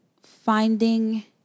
finding